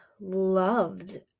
loved